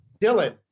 Dylan